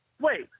Wait